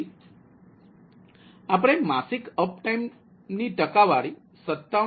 તેથી આપણે માસિક અપ ટાઇમ ટકાવારી 97